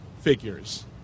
figures